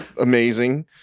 amazing